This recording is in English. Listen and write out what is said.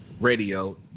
radio